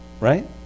Right